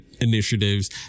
initiatives